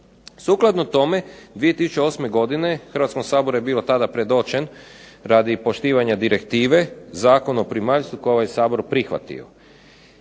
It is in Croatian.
Sukladno tome 2008. godine Hrvatskom saboru je bio tada predočen radi poštivanja direktive Zakon o primaljstvu koji je ovaj Sabor prihvatio.